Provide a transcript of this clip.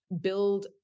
build